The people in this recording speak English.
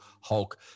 hulk